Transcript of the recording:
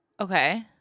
okay